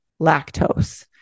lactose